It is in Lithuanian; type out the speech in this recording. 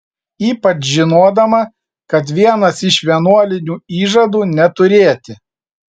ypač žinodama kad vienas iš vienuolinių įžadų neturėti